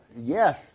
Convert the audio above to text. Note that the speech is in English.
yes